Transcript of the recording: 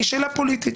היא שאלה פוליטית.